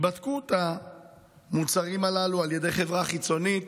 בדקו את המוצרים הללו על ידי חברה חיצונית,